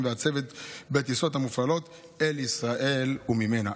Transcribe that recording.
והצוות בטיסות המופעלות אל ישראל וממנה.